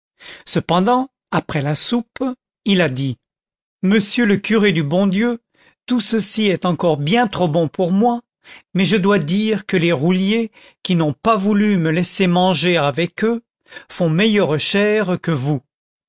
cependant après la soupe il a dit monsieur le curé du bon dieu tout ceci est encore bien trop bon pour moi mais je dois dire que les rouliers qui n'ont pas voulu me laisser manger avec eux font meilleure chère que vous